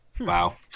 Wow